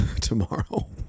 tomorrow